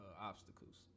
obstacles